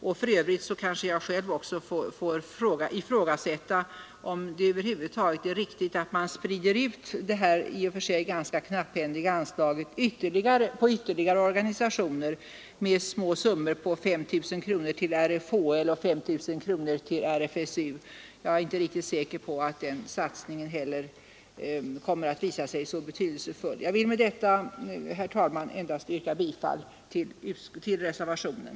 Jag själv får kanske för övrigt ifrågasätta om det över huvud taget är riktigt att sprida ut detta i och för sig ganska knapphändiga anslag på ytterligare organisationer, med små summor på 5 000 kronor till RFHL och RFSU osv. Jag är inte säker på att en sådan satsning kommer att visa sig vara särskilt betydelsefull. Herr talman! Med detta vill jag yrka bifall till reservationen.